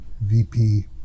VP